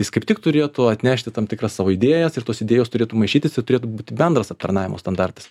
jis kaip tik turėtų atnešti tam tikrą savo idėjas ir tos idėjos turėtų maišytis su turėtų būti bendras aptarnavimo standartas